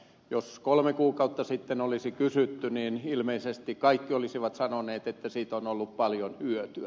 jos kolme kuukautta sitten olisi kysytty niin ilmeisesti kaikki olisivat sanoneet että siitä on ollut paljon hyötyä